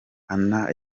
anna